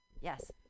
Yes